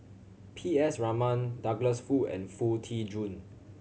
P S Raman Douglas Foo and Foo Tee Jun